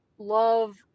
love